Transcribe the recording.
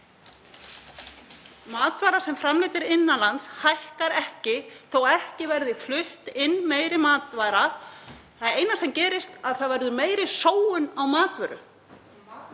Matvara sem framleidd er innan lands hækkar ekki þótt ekki sé flutt inn meiri matvara. Það eina sem gerist er að það verður meiri sóun á matvöru.